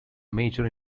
major